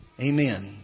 Amen